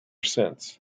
since